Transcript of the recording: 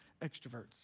extroverts